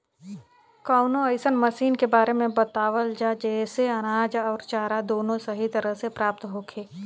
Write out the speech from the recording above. कवनो अइसन मशीन के बारे में बतावल जा जेसे अनाज अउर चारा दोनों सही तरह से प्राप्त होखे?